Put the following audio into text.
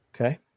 Okay